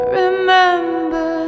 remember